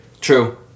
True